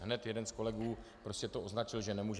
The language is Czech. Hned jeden z kolegů prostě to označil, že nemůže